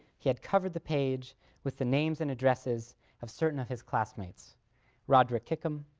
he had covered the page with the names and addresses of certain of his classmates roderick kickham,